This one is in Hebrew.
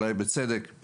אולי בצדק,